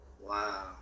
Wow